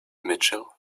mitchell